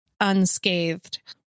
unscathed